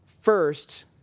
first